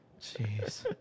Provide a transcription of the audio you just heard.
Jeez